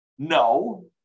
No